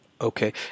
Okay